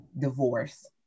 divorce